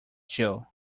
jill